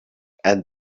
and